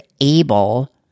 able